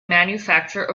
manufacture